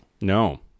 No